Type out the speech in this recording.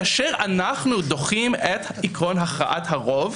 כאשר אנחנו דוחים את עקרון הכרעת הרוב,